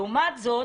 לעומת זאת,